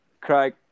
Craig